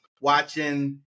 watching